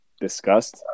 discussed